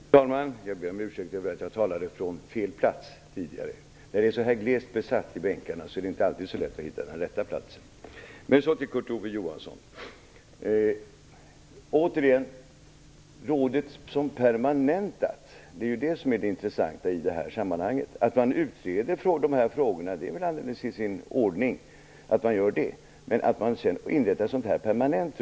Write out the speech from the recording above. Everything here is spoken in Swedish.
Fru talman! Jag ber om ursäkt för att jag talade från fel plats tidigare. När det är så här glest besatt i bänkarna är det inte alltid så lätt att hitta den rätta platsen. Till Kurt Ove Johansson vill jag återigen säga att det som är det intressanta i detta sammanhang är att rådet skall vara permanent. Att man utreder dessa frågor är väl alldeles i sin ordning.